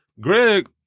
Greg